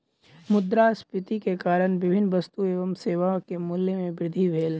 मुद्रास्फीति के कारण विभिन्न वस्तु एवं सेवा के मूल्य में वृद्धि भेल